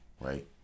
Right